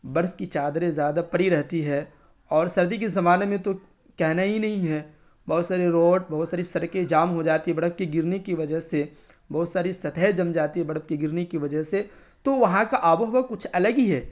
برف کی چادریں زیادہ پڑی رہتی ہیں اور سردی کے زمانے میں تو کہنا ہی نہیں ہے بہت سارے روڈ بہت ساری سڑکیں جام ہو جاتی ہے برف کے گرنے کی وجہ سے بہت ساری سطح جم جاتی ہے برف کے گرنے کی وجہ سے تو وہاں کا آب و ہوا کچھ الگ ہی ہے